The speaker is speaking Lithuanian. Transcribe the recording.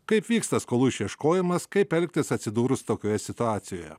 kaip vyksta skolų išieškojimas kaip elgtis atsidūrus tokioje situacijoje